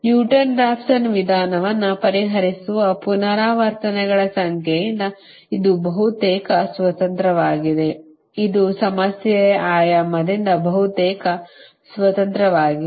Newton Raphson ವಿಧಾನವನ್ನು ಪರಿಹರಿಸುವ ಪುನರಾವರ್ತನೆಗಳ ಸಂಖ್ಯೆಯಿಂದ ಇದು ಬಹುತೇಕ ಸ್ವತಂತ್ರವಾಗಿದೆ ಇದು ಸಮಸ್ಯೆಯ ಆಯಾಮದಿಂದ ಬಹುತೇಕ ಸ್ವತಂತ್ರವಾಗಿದೆ